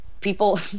people